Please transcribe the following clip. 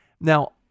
Now